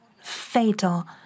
fatal